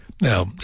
Now